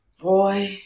Boy